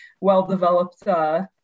well-developed